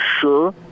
sure